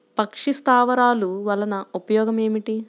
పక్షి స్థావరాలు వలన ఉపయోగం ఏమిటి?